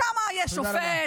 שם יש שופט,